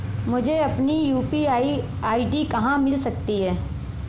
मुझे अपनी UPI ID कहां मिल सकती है?